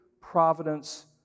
providence